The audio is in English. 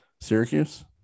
Syracuse